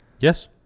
Yes